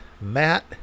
Matt